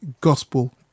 gospel